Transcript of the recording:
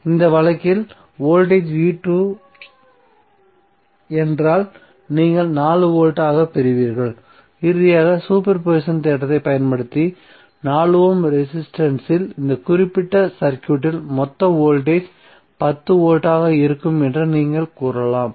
அந்த வழக்கில் வோல்ட் என்றால் நீங்கள் 8 வோல்ட்டாகப் பெறுவீர்கள் இறுதியாக சூப்பர் பொசிஷன் தேற்றத்தைப் பயன்படுத்தி 4 ஓம் ரெசிஸ்டன்ஸ் இல் இந்த குறிப்பிட்ட சர்க்யூட்டில் மொத்த வோல்டேஜ் 10 வோல்ட் இருக்கும் என்று நீங்கள் கூறலாம்